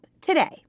today